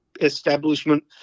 establishment